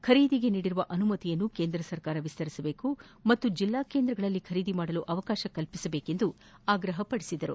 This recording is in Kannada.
ಖರೀದಿಗೆ ನೀಡಿರುವ ಅನುಮತಿಯನ್ನು ಕೇಂದ್ರ ಸರ್ಕಾರ ವಿಸ್ತರಿಸಬೇಕು ಮತ್ತು ಜಿಲ್ಲಾ ಕೇಂದ್ರಗಳಲ್ಲಿ ಖರೀದಿ ಮಾಡಲು ಅವಕಾಶ ನೀಡಬೇಕು ಎಂದು ಆಗ್ರಹಿಸಿದರು